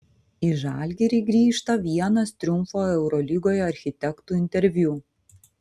į žalgirį grįžta vienas triumfo eurolygoje architektų interviu